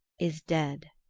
is dead.